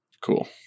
Cool